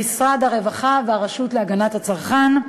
משרד הרווחה והרשות להגנת הצרכן,